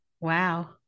Wow